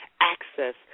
access